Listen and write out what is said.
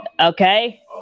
Okay